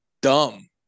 dumb